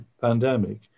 pandemic